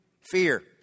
fear